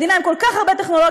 מדינה עם כל כך הרבה טכנולוגיה,